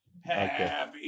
happy